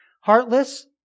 Heartless